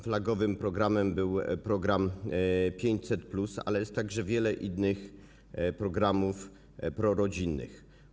Flagowym programem był program 500+, ale jest także wiele innych programów prorodzinnych.